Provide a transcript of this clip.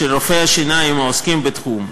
של רופאי שיניים העוסקים בתחום,